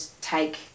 take